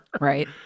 Right